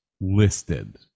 listed